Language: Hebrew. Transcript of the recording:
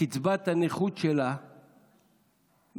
קצבת הנכות שלה מתבטלת.